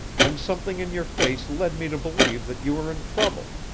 and something in your face led me to believe that you were in trouble.